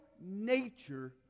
nature